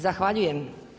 Zahvaljujem.